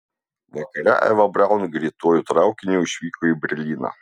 vakare eva braun greituoju traukiniu išvyko į berlyną